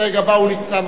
המסתייג הבא הוא ניצן